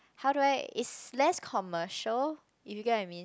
how do I is less commercial if you get what I mean